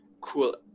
cool